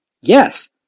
Yes